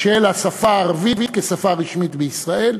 של השפה הערבית כשפה רשמית בישראל,